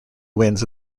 winds